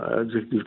Executive